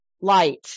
light